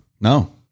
No